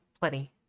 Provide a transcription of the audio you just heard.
plenty